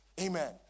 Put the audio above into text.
Amen